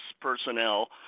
personnel